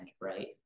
right